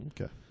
Okay